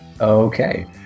Okay